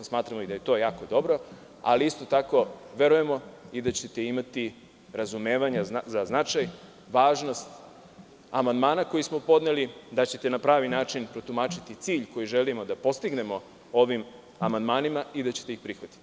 Smatramo da je to jako dobro, ali isto tako verujemo da ćete imati razumevanja za značaj, važnost amandmana koje smo podneli, da ćete na pravi način protumačiti cilj koji želimo da postignemo ovim amandmanima i da ćete ih prihvatiti.